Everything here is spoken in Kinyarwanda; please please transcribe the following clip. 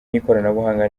n’ikoranabuhanga